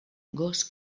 gos